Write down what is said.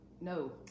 no